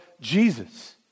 Jesus